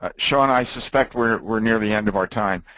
ah shaun, i suspect we're we're near the end of our time.